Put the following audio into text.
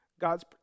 God's